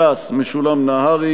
ש"ס: משולם נהרי.